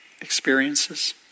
experiences